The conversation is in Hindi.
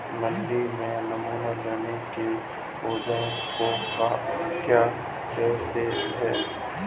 मंडी में नमूना लेने के औज़ार को क्या कहते हैं?